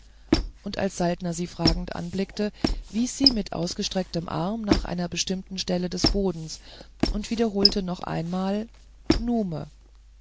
und als saltner sie fragend anblickte wies sie mit ausgestrecktem arm nach einer bestimmten stelle des bodens und wiederholte noch einmal nume